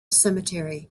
cemetery